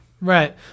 right